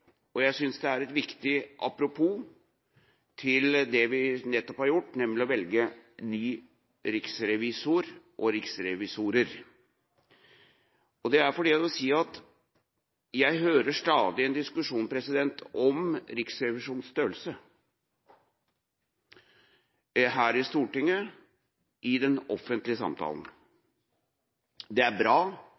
og jeg synes det er et viktig apropos til det vi nettopp har gjort, nemlig å velge ny riksrevisor og riksrevisorer. Jeg hører stadig en diskusjon om Riksrevisjonens størrelse, både her i Stortinget og i den offentlige samtalen. Det er bra,